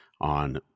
on